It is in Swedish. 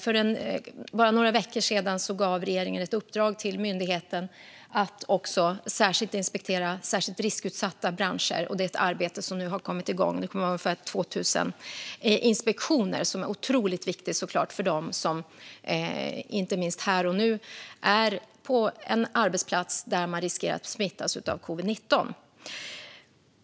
För bara några veckor sedan gav regeringen myndigheten ett uppdrag att inspektera särskilt riskutsatta branscher. Det är ett arbete som nu har kommit igång. Det kommer att vara ungefär 2 000 inspektioner som såklart är otroligt viktiga, inte minst för dem som nu är på en arbetsplats där man riskerar att smittas av covid-19.